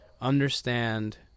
Understand